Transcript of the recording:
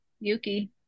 Yuki